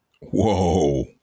Whoa